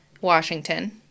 Washington